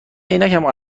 عینکمو